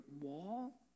wall